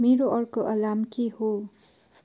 मेरो अर्को अलार्म के हो